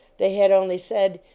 they had only said,